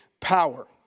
power